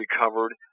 recovered